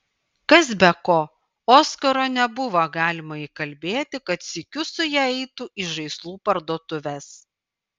kas be ko oskaro nebuvo galima įkalbėti kad sykiu su ja eitų į žaislų parduotuves